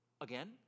Again